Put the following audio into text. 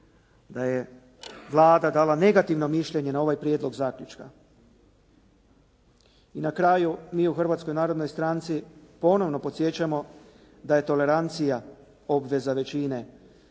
da je Vlada dala negativno mišljenje na ovaj prijedlog zaključka. I na kraju mi u Hrvatskoj narodnoj stranci ponovo podsjećamo da je tolerancija obveza većine,